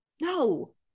No